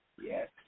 Yes